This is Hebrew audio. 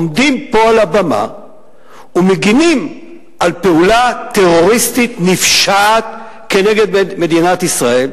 עומדים פה על הבמה ומגינים על פעולה טרוריסטית נפשעת כנגד מדינת ישראל,